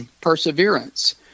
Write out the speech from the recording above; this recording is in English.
perseverance